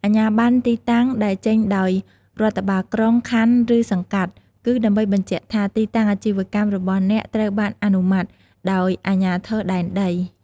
អាជ្ញាប័ណ្ណទីតាំង ដែលចេញដោយ រដ្ឋបាលក្រុង ខណ្ឌ ឬសង្កាត់ គឺដើម្បីបញ្ជាក់ថា ទីតាំងអាជីវកម្ម របស់អ្នកត្រូវបាន អនុម័ត ដោយ អាជ្ញាធរដែនដី។